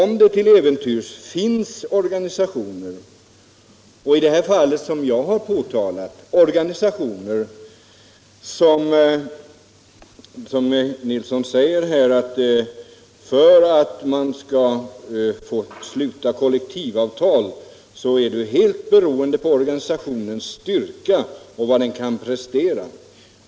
Herr Nilsson säger nu att om en organisation skall få sluta kollektivavtal är helt beroende av dess styrka och vad den kan prestera.